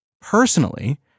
personally